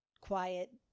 quiet